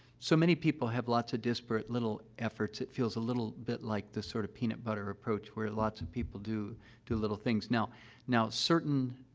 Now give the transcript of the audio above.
so many people have lots of disparate, little efforts. it feels a little bit like the, sort of, peanut butter approach, where lots of people do do little things. now now, certain